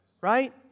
Right